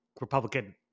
Republican